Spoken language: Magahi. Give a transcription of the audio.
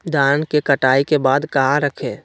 धान के कटाई के बाद कहा रखें?